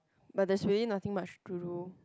but there's really nothing much to